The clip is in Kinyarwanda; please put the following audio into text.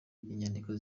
inyandiko